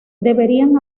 deberían